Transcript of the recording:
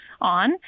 on